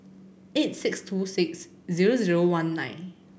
eight six two six zero zero one nine